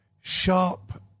sharp